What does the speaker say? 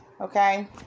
Okay